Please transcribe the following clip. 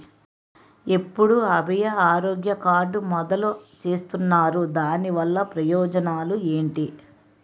ఎప్పుడు అభయ ఆరోగ్య కార్డ్ మొదలు చేస్తున్నారు? దాని వల్ల ప్రయోజనాలు ఎంటి?